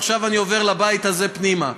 עכשיו אני עובר לבית הזה פנימה,